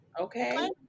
Okay